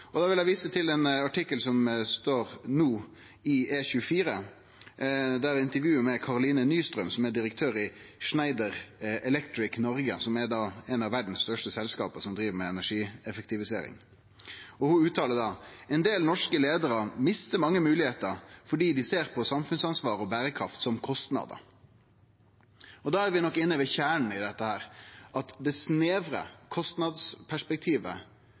Da vil eg vise til ein artikkel som står i E24 no, der det er intervju med Karoline Nystrøm, som er direktør i Schneider Electric Norge, eit av verdas største selskap som driv med energieffektivisering. Ho uttaler: «En del norske ledere mister mange muligheter fordi de ser på samfunnsansvar og bærekraft som kostnader». Da er vi nok inne ved kjernen i dette her, at det snevre kostnadsperspektivet